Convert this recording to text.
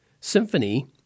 symphony